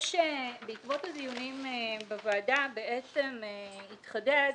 בעקבות הדיונים בוועדה התחדד